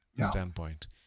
standpoint